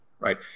right